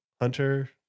Hunter